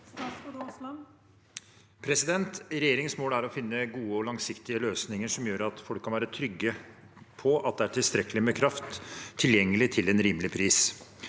Regjeringens mål er å finne gode og langsiktige løsninger som gjør at folk kan være trygge på at det er tilstrekkelig med kraft tilgjengelig til en rimelig pris.